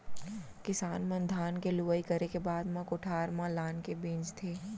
किसान मन धान के लुवई करे के बाद म कोठार म लानके मिंजथे